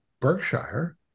Berkshire